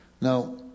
Now